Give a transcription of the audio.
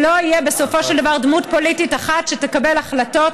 שלא תהיה בסופו של דבר דמות פוליטית אחת שתקבל החלטות.